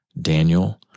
Daniel